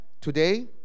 today